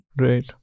right